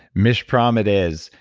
michprom it is,